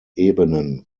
ebenen